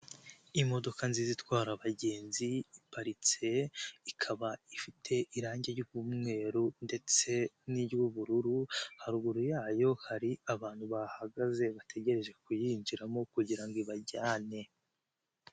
Imodoka nziza itwara abagenzi iparitse ikaba ifite irangi ry'umweru ndetse n'iry'ubururu haruguru yayo hari abantu bahagaze bategereje kuyinjiramo kugira ibajyane.